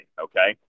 okay